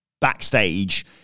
Backstage